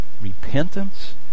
repentance